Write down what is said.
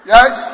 Yes